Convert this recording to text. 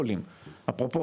אפרופו,